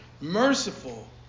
merciful